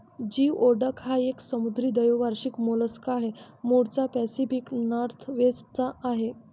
geoduck हा एक समुद्री द्वैवार्षिक मोलस्क आहे, मूळचा पॅसिफिक नॉर्थवेस्ट चा आहे